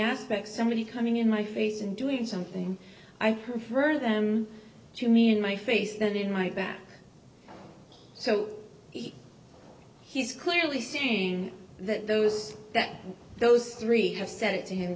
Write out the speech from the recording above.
aspect somebody coming in my face and doing something i prefer them to mean my face than in my back so he's clearly saying that those that those three have said to him